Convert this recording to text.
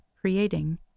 creating